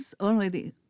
already